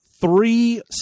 three